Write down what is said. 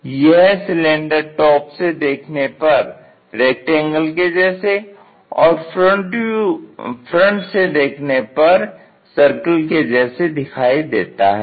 तो यह cylinder top से देखने पर रेक्टेंगल के जैसे और फ्रंट से देखने पर सर्कल के जैसे दिखाई देता है